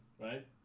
right